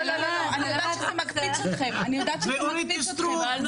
אני יודעת שזה מקפיץ אתכם --- ואורית סטרוק,